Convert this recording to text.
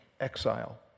exile